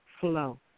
Flow